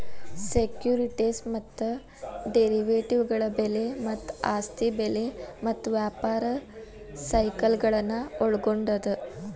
securities ಮತ್ತ ಡೆರಿವೇಟಿವ್ಗಳ ಬೆಲೆ ಮತ್ತ ಆಸ್ತಿ ಬೆಲೆ ಮತ್ತ ವ್ಯಾಪಾರ ಸೈಕಲ್ಗಳನ್ನ ಒಳ್ಗೊಂಡದ